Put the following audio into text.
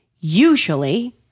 usually